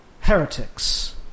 heretics